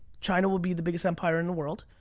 china will be the biggest empire in the world.